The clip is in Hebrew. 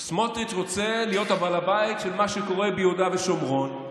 סמוטריץ' רוצה להיות בעל הבית של מה שקורה ביהודה ושומרון,